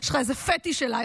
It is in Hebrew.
יש לך איזה פטיש אליי.